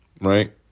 Right